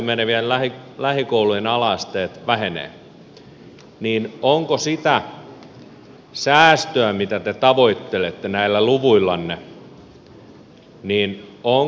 jos lähikoulut lähikoulujen ala asteet vähenevät niin onko siitä säästöä mitä te tavoittelette näillä luvuillanne